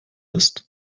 ist